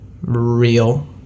real